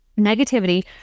negativity